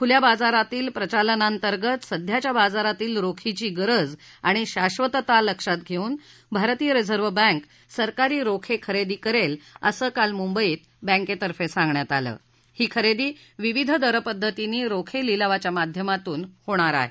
खुल्या बाजारातील प्रचालनांतर्गत सध्याच्या बाजारातील रोखीची गरज आणि शाक्षतता लक्षात घेऊन भारतीय रिझर्व्ह बँक सरकारी रोखे खरेदी करेल असं काल मुंबईत बँकेतफे सांगण्यात आलं ही खरेदी विविध दर पद्धतीने रोखे लिलावाच्या माध्यमातून होणार आहे